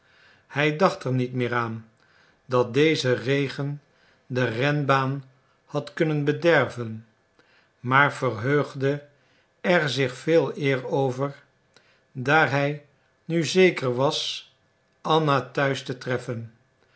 hij dacht er niet meer aan dat deze regen de renbaan had kunnen bederven maar verheugde er zich veeleer over daar hij nu zeker was anna te huis te treffen